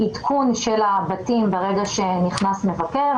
עדכון של הבתים ברגע שנכנס מבקר.